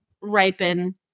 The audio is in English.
ripen